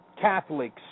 Catholics